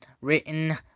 written